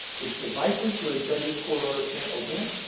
it's devices where a judge's court order can't open it.